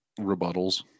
rebuttals